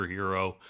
superhero